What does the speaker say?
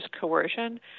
coercion